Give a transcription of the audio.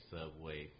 Subway